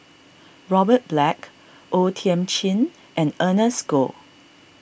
Robert Black O Thiam Chin and Ernest Goh